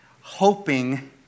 hoping